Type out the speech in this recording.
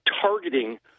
targeting